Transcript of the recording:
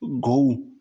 go